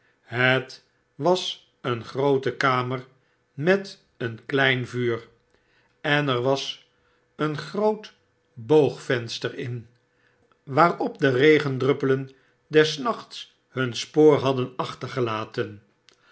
het was een groote kamer met een klein vuur en er was een groot boogvenster in waarop de regendruppelen des nachts hun spoor hadden achtergelaten